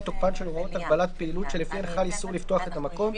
תוקפן של הוראות הגבלת פעילות שלפיהן חל איסור לפתוח את המקום,